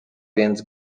więc